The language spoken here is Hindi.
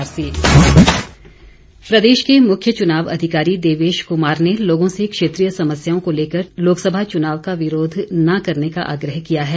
लोकसभा चुनाव कार्यशाला प्रदेश के मुख्य चुनाव अधिकारी देवेश कुमार ने लोगों से क्षेत्रीय समस्याओं को लेकर लोकसभा चुनाव का विरोध न करने का आग्रह किया है